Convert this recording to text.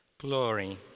Glory